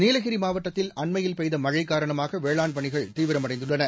நீலகிரி மாவட்டத்தில் அண்மையில் பெய்த மழை காரணமாக வேளாண் பணிகள் தீவிரமடைந்துள்ளன